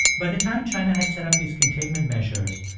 by the time china had set up these containment measures,